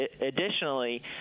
additionally